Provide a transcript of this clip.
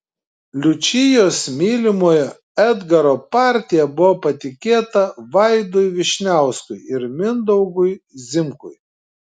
liučijos mylimojo edgaro partija buvo patikėta vaidui vyšniauskui ir mindaugui zimkui